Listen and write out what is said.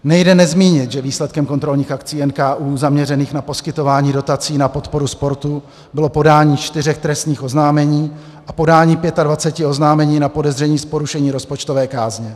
Nejde nezmínit, že výsledkem kontrolních akcí NKÚ zaměřených na poskytování dotací na podporu sportu bylo podání čtyř trestních oznámení a podání 25 oznámení na podezření z porušení rozpočtové kázně.